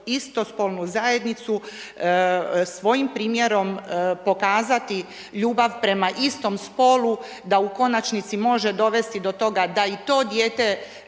istospolnu zajednicu svojim primjerom pokazati ljubav prema istom spolu da u konačnici može dovesti do toga da i to dijete